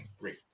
Great